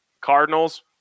Cardinals